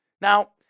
Now